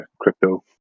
crypto